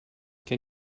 can